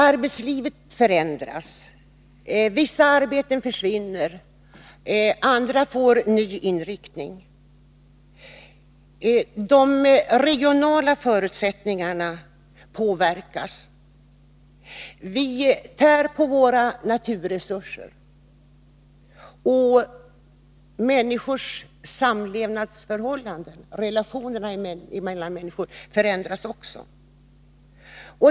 Arbetslivet förändras, vissa arbeten försvinner, andra får ny inriktning, de regionala förutsättningarna påverkas, vi tär på våra naturresurser och relationerna mellan människor förändras också.